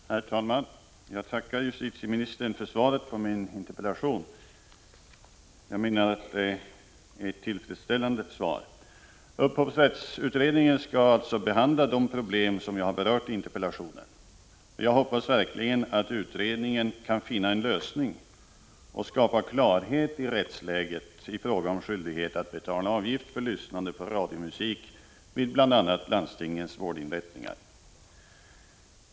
Herr talman! Jag tackar justitieministern för svaret på min interpellation. Jag menar att det är ett tillfredsställande svar. Upphovsrättsutredningen skall behandla de problem som jag har berört i interpellationen. Jag hoppas verkligen att utredningen kan finna en lösning och skapa klarhet i rättsläget i fråga om skyldighet att betala avgift för lyssnande på radiomusik vid bl.a. landstingens vårdinrättningar.